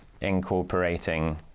incorporating